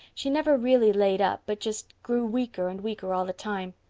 she never really laid up but just grew weaker and weaker all the time.